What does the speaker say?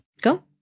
Go